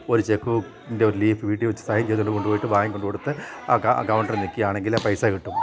ഒരു ചെക്കിൻ്റെ ഒരു ലീഫ് വീട്ടിൽ വച്ചു സൻ ചെയ്തുകൊണ്ട് കൊണ്ടു പോയിട്ട് വാങ്ങിക്കൊണ്ടു കൊടുത്ത് ആ കൗണ്ടറ് നിൽക്കുകയാണെങ്കിൽ പൈസ കിട്ടും